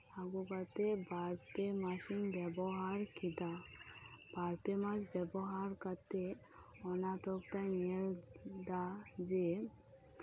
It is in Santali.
ᱟᱜᱩ ᱠᱟᱛᱮᱫ ᱵᱟᱨᱼᱯᱮ ᱢᱟᱥᱤᱧ ᱵᱮᱵᱚᱦᱟᱨ ᱠᱮᱫᱟ ᱵᱟᱨᱼᱯᱮ ᱢᱟᱥ ᱵᱮᱵᱚᱦᱟᱨ ᱠᱟᱛᱮᱫ ᱚᱱᱟ ᱛᱚᱠᱛᱟᱧ ᱧᱮᱞ ᱮᱫᱟ ᱡᱮ